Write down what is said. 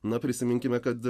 na prisiminkime kad